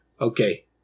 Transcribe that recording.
Okay